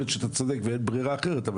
יכול להיות שאתה צודק ואין ברירה אחרת אבל